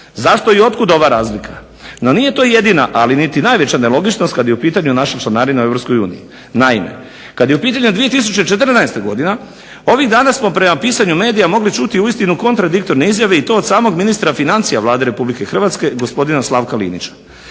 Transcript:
Zašto i otkuda ova razlika? No nije to jedina ali niti najveća nelogičnost kad je u pitanju naša članarina u EU. Naime, kad je u pitanju 2014. godina ovih dana smo prema pisanju medija mogli čuti uistinu kontradiktorne izjave i to od samog ministra financija Vlade RH gospodina Slavka Linića.